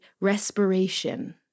respiration